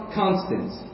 constants